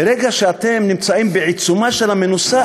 ברגע שאתם נמצאים בעיצומה של המנוסה,